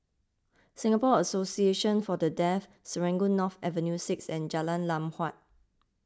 Singapore Association for the Deaf Serangoon North Avenue six and Jalan Lam Huat